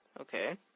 Okay